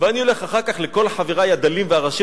ואני הולך אחר כך לכל חברי הדלים והרשים,